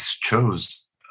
chose